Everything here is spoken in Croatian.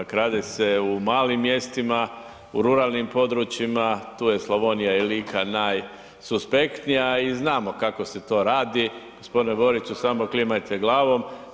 Krade se u malim mjestima, u ruralnim područjima, tu je Slavonija i Lika najsuspektnija i znamo kako se to radi, g. Boriću, samo klimajte glavom.